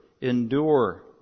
Endure